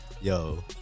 yo